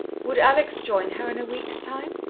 would alex join her in a week's time?